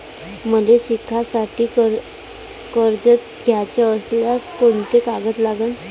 मले शिकासाठी कर्ज घ्याचं असल्यास कोंते कागद लागन?